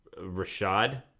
Rashad